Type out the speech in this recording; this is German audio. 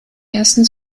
ersten